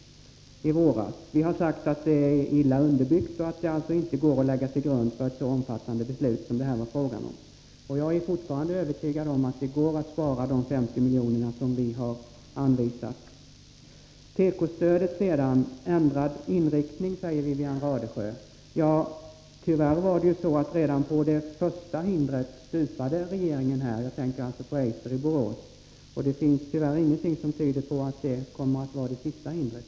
Vi har sagt att det är illa underbyggt. Materialet gick inte att lägga till grund för ett så omfattande beslut som det här var fråga om. Jag är fortfarande övertygad om att det går att spara de 50 milj.kr. som vi har anvisat. När det gäller tekostödet talar Wivi-Anne Radesjö om en ändrad inriktning. Tyvärr var det ju så att regeringen stupade redan på det första hindret — jag tänker alltså på Eiser i Borås. Det finns dess värre ingenting som tyder på att detta kommer att vara det sista hindret.